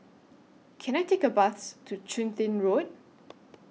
Can I Take A Bus to Chun Tin Road